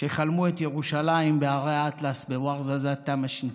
שחלמו את ירושלים בהרי האטלס, בוורזאזאת טמשינט.